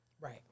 Right